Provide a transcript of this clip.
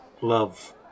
love